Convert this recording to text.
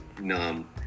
numb